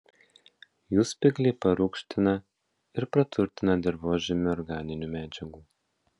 jų spygliai parūgština ir praturtina dirvožemį organinių medžiagų